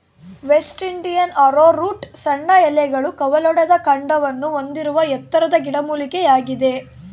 West Indian arrowroot ಸಣ್ಣ ಎಲೆಗಳು ಕವಲೊಡೆದ ಕಾಂಡವನ್ನು ಹೊಂದಿರುವ ಎತ್ತರದ ಗಿಡಮೂಲಿಕೆಯಾಗಿದೆ